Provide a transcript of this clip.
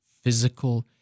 physical